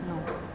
no